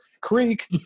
creek